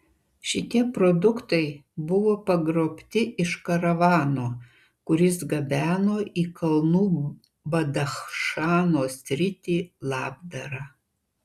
šitie produktai buvo pagrobti iš karavano kuris gabeno į kalnų badachšano sritį labdarą